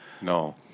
No